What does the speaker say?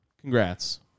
Congrats